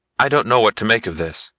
i don't know what to make of this,